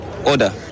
order